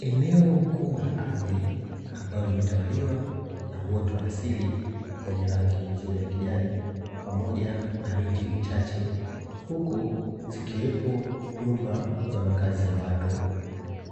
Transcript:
Eneo kubwa la ardhi ambalo limetawaliwa na uoto wa asili wenye rangi nzuri ya kijani, pamoja na miti michache. Huku zikiwepo nyumba za makazi ya watu,